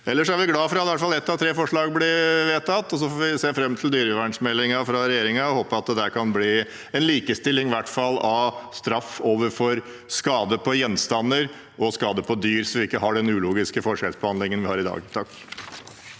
Ellers er vi glad for at i hvert fall ett av tre forslag blir vedtatt, og så får vi se fram til dyrevelferdsmeldingen fra regjeringen og håpe at det der i hvert fall kan bli en likestilling av straff for skade på gjenstander og skade på dyr, sånn at vi ikke har den ulogiske forskjellsbehandlingen vi har i dag.